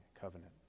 covenant